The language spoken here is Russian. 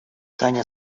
таня